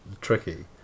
tricky